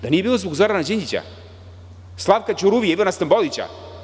Da nije bilo zbog Zorana Đinđića, Slavka Ćuruvije, Ivana Stambolića?